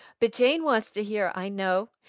but jane wants to hear, i know.